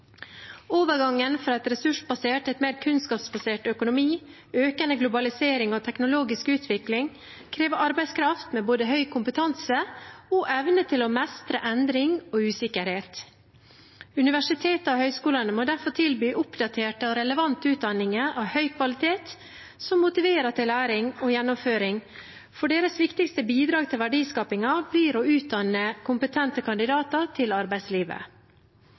Overgangen fra en ressursbasert til en mer kunnskapsbasert økonomi, økende globalisering og teknologisk utvikling krever arbeidskraft med både høy kompetanse og evne til å mestre endring og usikkerhet. Universitetene og høyskolene må derfor tilby oppdaterte og relevante utdanninger av høy kvalitet, som motiverer til læring og gjennomføring, for deres viktigste bidrag til verdiskapingen blir å utdanne kompetente kandidater til arbeidslivet.